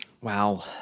Wow